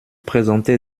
présenter